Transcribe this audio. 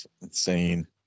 Insane